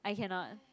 I cannot